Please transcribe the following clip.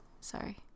Sorry